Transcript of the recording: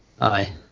Aye